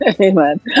amen